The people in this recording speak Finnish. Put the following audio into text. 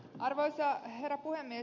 arvoisa herra puhemies